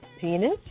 penis